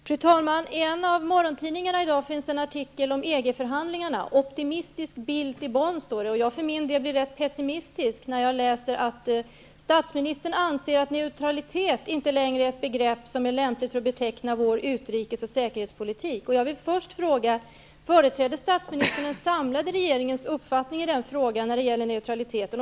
Fru talman! I en av dagens morgontidningar finns det en artikel om EG-förhandlingarna. Optimistisk Bildt i Bonn, står det. Jag för min del blir rätt pessimistisk när jag läser att statsministern anser att neutralitet inte längre är ett begrepp som är lämpligt för att beteckna vår utrikes och säkerhetspolitik. Jag vill först ställa följande fråga: Företräder statsministern den samlade regeringens uppfattning i den frågan när det gäller neutraliteten?